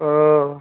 ও